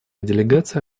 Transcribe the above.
делегация